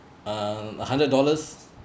uh a hundred dollars